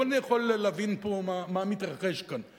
אבל אני יכול להבין מה מתרחש כאן,